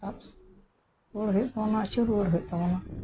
ᱥᱟᱵ ᱨᱩᱣᱟᱹᱲ ᱦᱩᱭᱩᱜ ᱛᱟᱵᱚᱱᱟ ᱟᱪᱩᱨ ᱨᱩᱣᱟᱹᱲ ᱦᱩᱭᱩᱜ ᱛᱟᱵᱚᱱᱟ